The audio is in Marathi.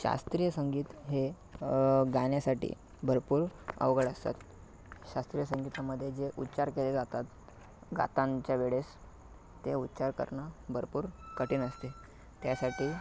शास्त्रीय संगीत हे गाण्यासाठी भरपूर अवघड असतात शास्त्रीय संगीतामध्ये जे उच्चार केले जातात गातानाच्या वेळेस ते उच्चार करणं भरपूर कठीण असते त्यासाठी